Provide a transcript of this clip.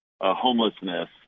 homelessness